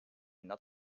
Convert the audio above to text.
not